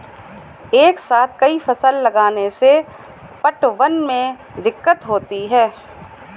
एक साथ कई फसल लगाने से पटवन में दिक्कत होती है